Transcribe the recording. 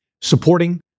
supporting